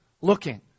looking